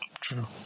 True